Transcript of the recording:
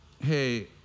hey